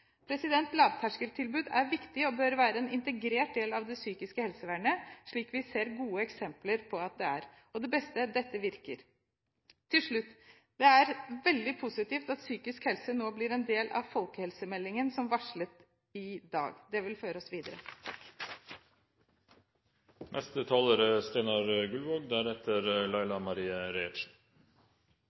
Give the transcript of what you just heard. Lavterskeltilbud er viktig og bør være en integrert del av det psykiske helsevernet, slik vi ser gode eksempler på at det er. Og det beste: Dette virker. Til slutt: Det er veldig positivt at psykisk helse nå blir en del av folkehelsemeldingen, som varslet i dag. Det vil føre oss videre.